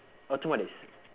or two more days